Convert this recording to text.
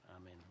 Amen